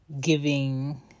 giving